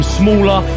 smaller